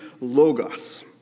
logos